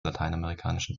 lateinamerikanischen